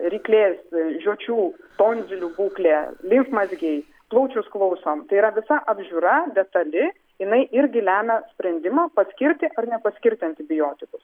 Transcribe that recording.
ryklės žiočių tonzilių būklė limfmazgiai plaučius klausom tai yra visa apžiūra detali jinai irgi lemia sprendimą paskirti ar nepaskirti antibiotikus